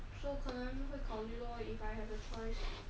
so 可能会考虑 lor if I have a choice